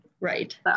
right